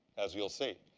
as you'll see.